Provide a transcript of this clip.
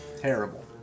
Terrible